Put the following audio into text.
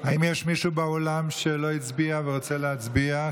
האם יש מישהו באולם שלא הצביע ורוצה להצביע?